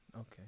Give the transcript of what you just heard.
okay